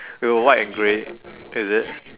with a white and grey is it